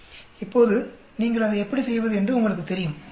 இப்போது நீங்கள் அதை எப்படி செய்வது என்று உங்களுக்குத் தெரியும் சரியா